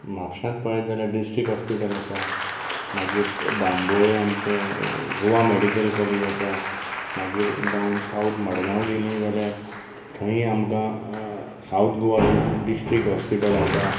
म्हापशांत पळेत जाल्यार district hospital आसा मागीर बांबोळें आमचें गोवा मेडिकल कॉलेज आसा मागीर डावन सावथ मडगांव गेली जाल्यार थंय आमकां सावथ गोवा डिस्ट्रीक्ट हॉस्पिटल आसा